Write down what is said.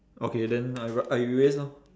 okay then I wri~ I erase orh